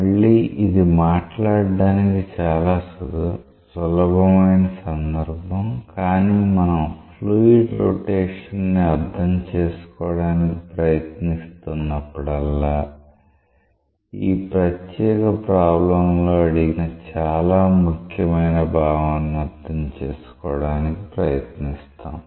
మళ్ళీ ఇది మాట్లాడటానికి చాలా సులభమైన సందర్భం కాని మనం ఫ్లూయిడ్ రొటేషన్ ని అర్థం చేసుకోవడానికి ప్రయత్నిస్తున్నప్పుడల్లా ఈ ప్రత్యేక ప్రాబ్లంలో అడిగిన చాలా ముఖ్యమైన భావనను అర్థం చేసుకోవడానికి ప్రయత్నిస్తాము